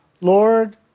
Lord